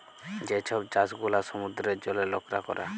যে ছব চাষ গুলা সমুদ্রের জলে লকরা ক্যরে